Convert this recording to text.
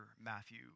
Matthew